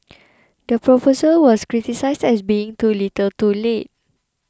the proposal was criticised as being too little too late